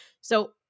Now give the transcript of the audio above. So-